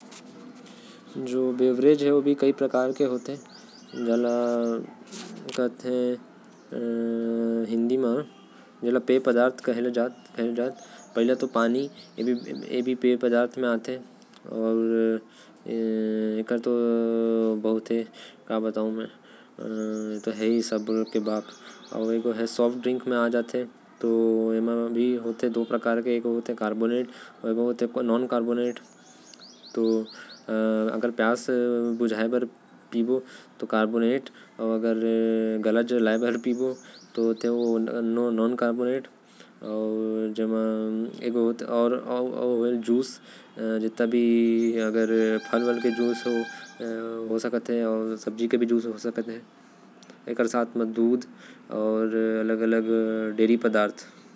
पेय पदार्थ जो मोके पता हवे। पानी स्थिर पानी कार्बोनेट पानी अउ। तरह-तरह के फल जूस। ये सब मन ल हमन पी सकत ही अउ। एहि सब मन पेय पदार्थ कहथि।